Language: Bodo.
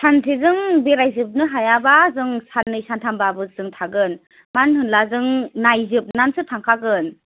सानसेजों बेरायजोबनो हायाब्ला जों साननै सान्थामब्लाबो जों थागोन मानो होनब्ला जों नायजोबनानैसो थांखागोन